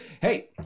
hey